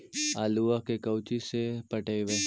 आलुआ के कोचि से पटाइए?